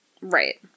Right